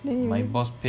then you